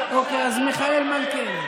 אתם מיניתם את גנץ.